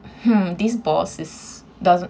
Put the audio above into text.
hmm these bosses doesn't